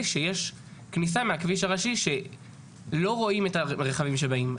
שיש כניסה מהכביש הראשי שלא רואים את הרכבים שבאים.